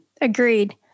Agreed